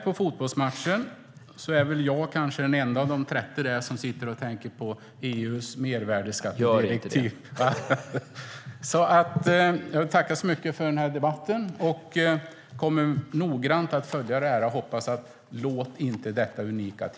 På fotbollsmatchen i kväll kommer jag kanske vara den ende av 30 som sitter och tänker på EU:s mervärdesskattedirektiv. Jag tackar för debatten. Jag kommer att följa detta noggrant. Låt inte detta unika tillfälle glida Sverige och den ideella sektorn ur händerna.